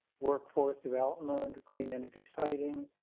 workforce, development, clean energy, citing.